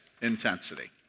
intensity